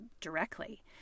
directly